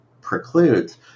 precludes